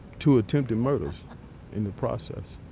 two attempted murders in the process.